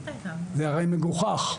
זה מגוחך,